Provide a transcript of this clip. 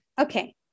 okay